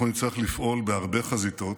אנחנו נצטרך לפעול בהרבה חזיתות,